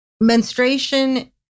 menstruation